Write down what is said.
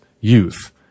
youth